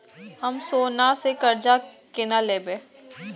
हम सोना से कर्जा केना लैब?